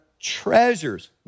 treasures